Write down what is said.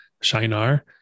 Shinar